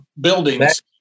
buildings